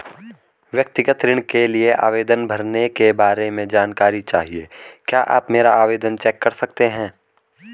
व्यक्तिगत ऋण के लिए आवेदन भरने के बारे में जानकारी चाहिए क्या आप मेरा आवेदन चेक कर सकते हैं?